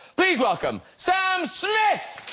please welcome sam smith!